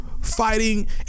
Fighting